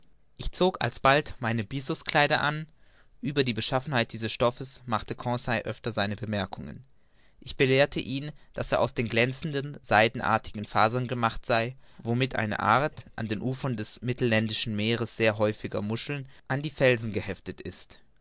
ich zog alsbald meine byssuskleider an ueber die beschaffenheit dieses stoffs machte conseil öfters seine bemerkungen ich belehrte ihn nun daß er aus den glänzenden seidenartigen fasern gemacht sei womit eine art an den ufern des mittelländischen meeres sehr häufiger muscheln an die felsen geheftet ist